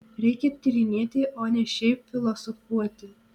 reikia tyrinėti o ne šiaip filosofuoti